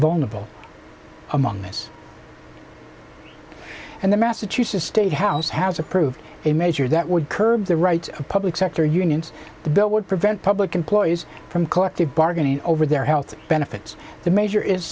vulnerable among us and the massachusetts state house has approved a measure that would curb the rights of public sector unions the bill would prevent public employees from collective bargaining over their health benefits the measure is